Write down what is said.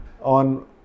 on